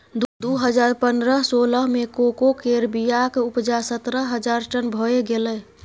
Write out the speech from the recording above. दु हजार पनरह सोलह मे कोको केर बीयाक उपजा सतरह हजार टन भए गेलै